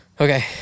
Okay